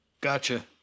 Gotcha